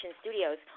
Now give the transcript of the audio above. studios